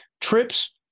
trips